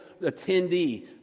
attendee